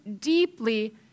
deeply